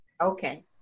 Okay